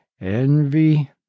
envy